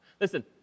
Listen